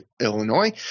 Illinois